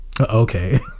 Okay